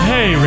Hey